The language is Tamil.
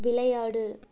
விளையாடு